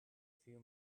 few